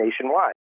nationwide